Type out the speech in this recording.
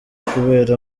kubera